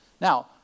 Now